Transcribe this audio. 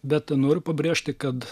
bet noriu pabrėžti kad